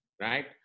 right